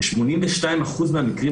ב-82% מהמקרים,